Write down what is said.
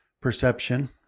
perception